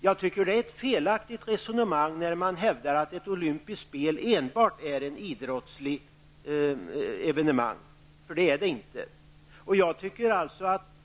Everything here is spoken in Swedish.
Jag tycker att det är ett felaktigt resonemang när man hävdar att ett olympiskt spel enbart är ett idrottsligt evenemang. Det är det inte.